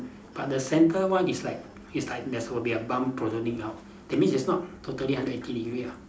but the centre one is like is like there's will be a bump protruding out that means it's not totally under eighty degree lah